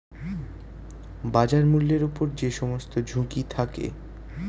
বাজার মূল্যের উপর যে সমস্ত ঝুঁকি থাকে